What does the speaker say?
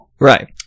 Right